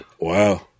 Wow